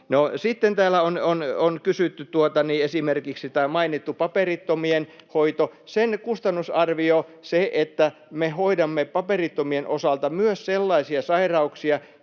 sitten täällä on mainittu esimerkiksi paperittomien hoito. Sen kustannusarvio, sen, että me hoidamme paperittomien osalta myös sellaisia sairauksia,